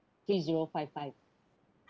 three zero five five